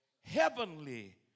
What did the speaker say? heavenly